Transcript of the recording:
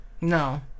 No